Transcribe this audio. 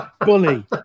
Bully